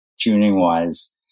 tuning-wise